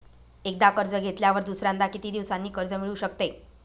एकदा कर्ज घेतल्यावर दुसऱ्यांदा किती दिवसांनी कर्ज मिळू शकते?